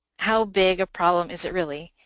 how big a problem is it really?